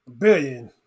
Billion